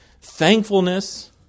thankfulness